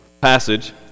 passage